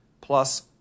plus